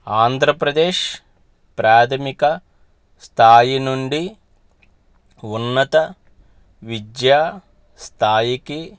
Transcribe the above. ఆంధ్రప్రదేశ్ ప్రాథమిక స్థాయి నుండి ఉన్నత విద్యా స్థాయికి